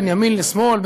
בין ימין לשמאל,